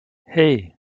hey